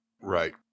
Right